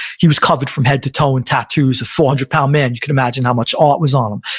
he was covered from head to toe in tattoos, a four hundred pound man. you can imagine how much art was on him.